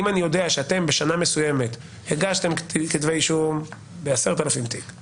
אם אני יודע שבשנה מסוימת אתם הגשתם כתבי אישום ב-10,000 תיקים